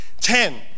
Ten